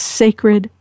sacred